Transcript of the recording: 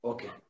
Okay